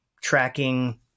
tracking